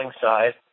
side